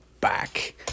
back